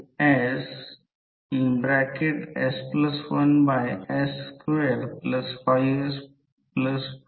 या प्रकारे घ्या आणि रेसिस्टन्ससारखे म्हणून या गोष्टीला सिरीज पॅरलेल मोजा